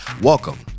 Welcome